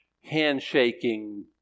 handshaking